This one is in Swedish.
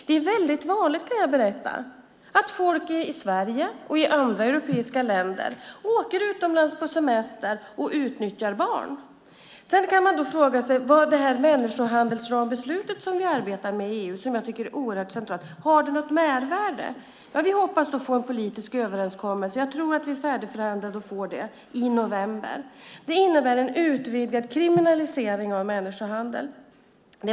Det är väldigt vanligt, kan jag berätta, att folk i Sverige och i andra europeiska länder åker utomlands på semester och utnyttjar barn. Sedan kan man fråga sig om det människohandelsrambeslut som vi arbetar med i EU och som jag tycker är oerhört centralt har något mervärde. Vi hoppas få en politisk överenskommelse. Jag tror att vi har förhandlat färdigt och får det i november. Det innebär en utvidgad kriminalisering av människohandel.